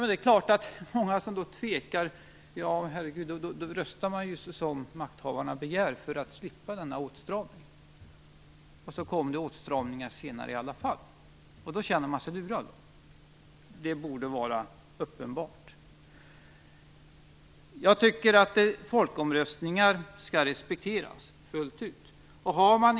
Det är klart att många som tvekade då röstade som makthavarna begärde för att slippa denna åtstramning. Sedan blev det åtstramningar i alla fall, och då kände man sig lurad. Jag tycker att resultatet av folkomröstningar skall respekteras fullt ut.